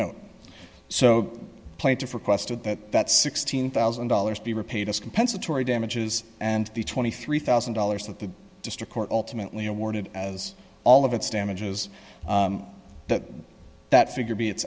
that that sixteen thousand dollars be repaid as compensatory damages and the twenty three thousand dollars that the district court ultimately awarded as all of its damages that that figure be it